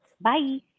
Bye